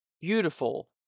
beautiful